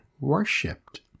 worshipped